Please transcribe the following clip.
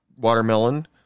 watermelon